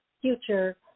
future